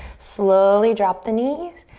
slowly drop the knees.